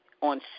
on